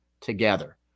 together